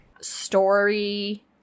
story